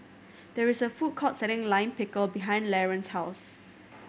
there is a food court selling Lime Pickle behind Laron's house